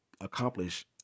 accomplish